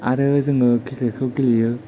आरो जोङो क्रिकेट खौ गेलेयो